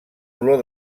olor